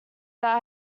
that